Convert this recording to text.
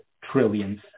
trillions